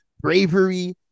bravery